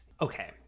Okay